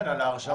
כן, על ההרשמה.